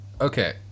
okay